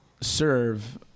serve